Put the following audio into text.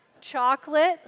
Chocolate